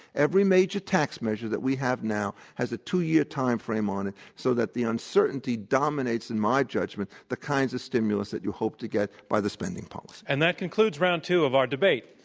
every major tax measure that we have now has a two-year timeframe on it so that the uncertainty dominates in my judgment the kinds of stimulus that you hope to get by the spending policy. and that concludes round two of our debate.